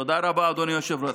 תודה רבה, אדוני היושב-ראש.